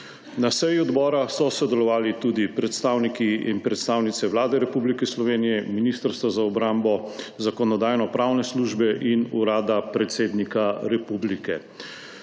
Na seji odbora so sodelovali tudi predstavniki in predstavnice Vlade Republike Slovenije, Ministrstva za obrambo, Zakonodajno-pravne službe in Urada predsednika republike.